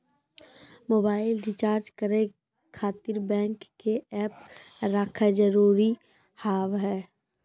Mobile recharge करे खातिर bank के ऐप रखे जरूरी हाव है?